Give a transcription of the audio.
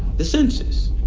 the census